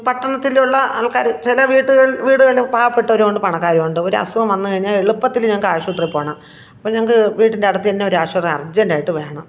പട്ടണത്തിലുള്ള ആള്ക്കാര് ചില വീട്ടുകള് വീടുകളില് പാവപ്പെട്ടവരുണ്ട് പണക്കാരുമുണ്ട് ഒരസുഖം വന്നു കഴിഞ്ഞാല് എളുപ്പത്തില് ഞങ്ങള്ക്ക് ആശുപത്രിയില് പോകണം അപ്പോള് ഞങ്ങള്ക്ക് വീട്ടിന്റടുത്ത് തന്നെ ഒരാശുപത്രി അര്ജന്റ്റായിട്ട് വേണം